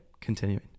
Continuing